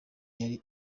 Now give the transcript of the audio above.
yari